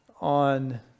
on